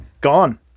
Gone